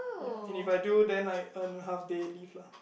ya and if I do then I earn half day leave lah